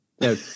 no